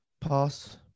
pass